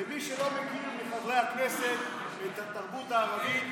למי שלא מכיר מחברי הכנסת את התרבות הערבית,